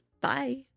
Bye